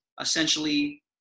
essentially